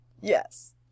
Yes